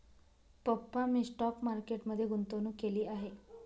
पप्पा मी stock market मध्ये गुंतवणूक केली आहे